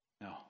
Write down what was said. No